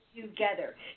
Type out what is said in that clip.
together